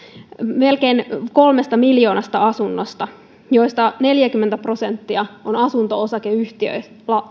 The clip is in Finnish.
melkein kolmesta miljoonasta asunnosta joista neljäkymmentä prosenttia on asunto osakeyhtiöissä